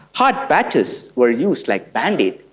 heart badges were used like band-aids,